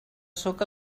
sóc